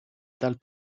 dal